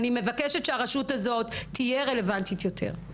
אני מבקשת שהרשות הזאת תהיה רלוונטית יותר.